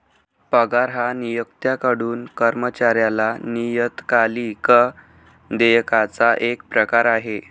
पगार हा नियोक्त्याकडून कर्मचाऱ्याला नियतकालिक देयकाचा एक प्रकार आहे